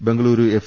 Bengaluru F